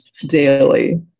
daily